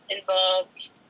involved